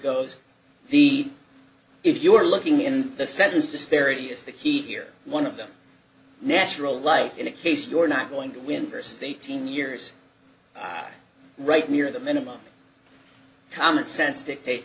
goes he if you are looking in the sentence disparity is the key here one of them natural life in a case you are not going to win versus eighteen years right near the minimum common sense dictate